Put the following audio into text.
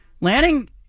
Lanning